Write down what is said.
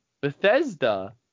Bethesda